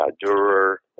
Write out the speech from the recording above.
Durer